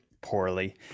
poorly